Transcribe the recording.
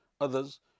others